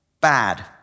bad